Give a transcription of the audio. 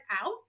out